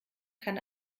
kann